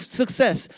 success